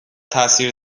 تاثیر